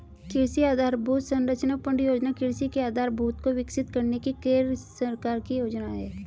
कृषि आधरभूत संरचना फण्ड योजना कृषि के आधारभूत को विकसित करने की केंद्र सरकार की योजना है